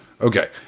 Okay